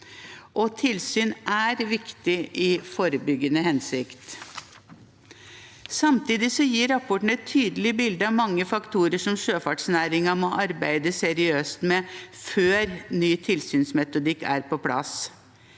Tilsyn er viktig i forebyggende hensikt. Samtidig gir rapporten et tydelig bilde av mange faktorer som sjøfartsnæringen må arbeide seriøst med før ny tilsynsmetodikk er på plass.